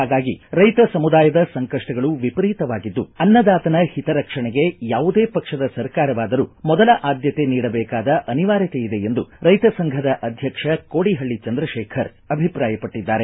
ಹಾಗಾಗಿ ರೈತ ಸಮುದಾಯದ ಸಂಕಷ್ಟಗಳು ವಿಪರೀತವಾಗಿದ್ದು ಅನ್ನದಾತನ ಹಿತರಕ್ಷಣೆಗೆ ಯಾವುದೇ ಪಕ್ಷದ ಸರ್ಕಾರವಾದರೂ ಮೊದಲ ಆದ್ದತೆ ನೀಡಬೇಕಾದ ಅನಿವಾರ್ಯತೆ ಇದೆ ಎಂದು ರೈತ ಸಂಘದ ಅಧ್ಯಕ್ಷ ಕೋಡಿಹಳ್ಳಿ ಚಂದ್ರಶೇಖರ್ ಅಭಿಪ್ರಾಯಪಟ್ಟದ್ದಾರೆ